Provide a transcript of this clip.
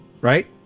right